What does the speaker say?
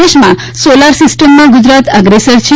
દેશમાં સોલાર સિસ્ટમમાં ગુજરાત અગ્રેસર છે